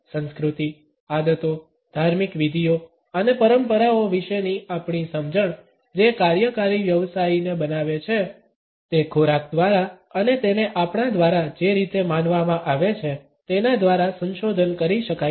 સંસ્કૃતિ આદતો ધાર્મિક વિધિઓ અને પરંપરાઓ વિશેની આપણી સમજણ જે કાર્યકારી વ્યવસાયીને બનાવે છે તે ખોરાક દ્વારા અને તેને આપણા દ્વારા જે રીતે માનવામાં આવે છે તેના દ્વારા સંશોધન કરી શકાય છે